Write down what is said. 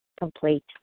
Complete